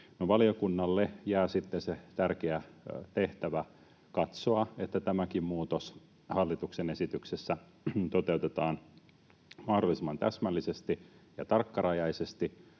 valiokunnalle jää sitten se tärkeä tehtävä katsoa, että tämäkin muutos hallituksen esityksessä toteutetaan mahdollisimman täsmällisesti ja tarkkarajaisesti.